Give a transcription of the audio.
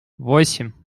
восемь